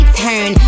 turn